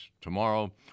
tomorrow